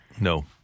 No